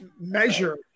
measure